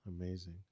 Amazing